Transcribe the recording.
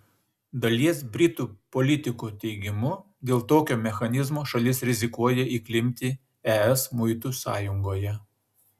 dalies britų politikų teigimu dėl tokio mechanizmo šalis rizikuoja įklimpti es muitų sąjungoje